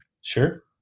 Sure